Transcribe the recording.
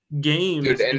games